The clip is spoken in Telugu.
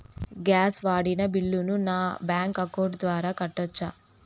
గ్యాస్ వాడిన బిల్లును నా బ్యాంకు అకౌంట్ ద్వారా కట్టొచ్చా?